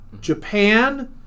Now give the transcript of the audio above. Japan